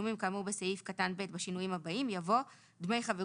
ותשלומים כאמור בסעיף קטן (ב), תשלומים לקרן